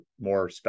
more